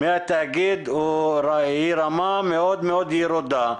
היא רמה מאוד ירודה,